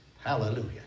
Hallelujah